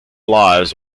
lives